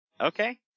Okay